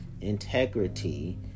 integrity